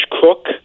cook